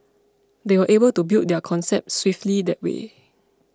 they were able to build their concept swiftly that way